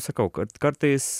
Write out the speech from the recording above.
sakau kad kartais